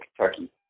Kentucky